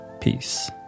Peace